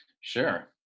Sure